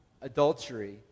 adultery